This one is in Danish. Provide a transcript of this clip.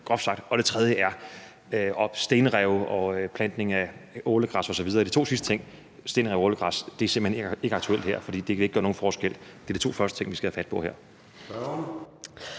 og det tredje er at etablere stenrev og plante ålegræs osv. De to sidste ting er simpelt hen ikke aktuelle her, for det ville ikke gøre nogen forskel. Det er de to første ting, vi skal tage fat på her.